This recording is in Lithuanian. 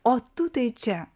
o tu tai čia